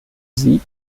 sieg